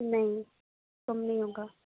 نہیں کم نہیں ہوگا